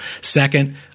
second